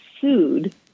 sued